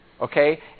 okay